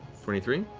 twenty three?